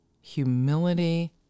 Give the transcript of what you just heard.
humility